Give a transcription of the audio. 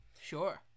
Sure